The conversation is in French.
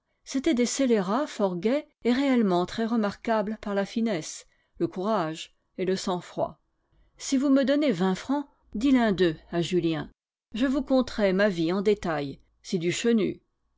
c'étaient des scélérats fort gais et réellement très remarquables par la finesse le courage et le sang-froid si vous me donnez vingt francs dit l'un d'eux à julien je vous conterai ma vie en détail c'est du chenu